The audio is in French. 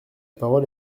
parole